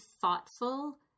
thoughtful